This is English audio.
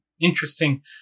interesting